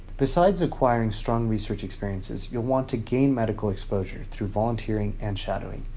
besides acquiring strong research experiences, you'll want to gain medical exposure through volunteering and shadowing.